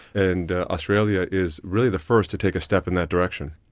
and australia is really the first to take a step in that direction.